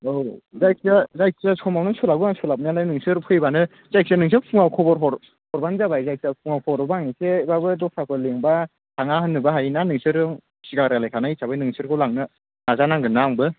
औ जायखिया जायखिया समावनो सोलाबगोन आं सोलाबनायालाय नोंसोर फैब्लानो जायखिया नोंसोर फुङाव खबर हर हरब्लानो जाबाय जायखिया फुङाव खबर हरब्ला एसेब्लाबो दस्राफोर लिंब्ला थाङा होननोबो हायो ना नोंसोरो सिगां रायज्लायखानाय हिसाबै नोंसोरखौ लांनो नाजा नांगोनना आंबो